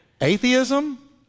Atheism